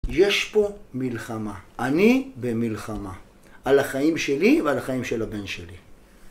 יש פה מלחמה, אני במלחמה, על החיים שלי ועל החיים של הבן שלי.